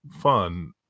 fun